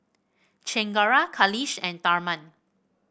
Chengara Kailash and Tharman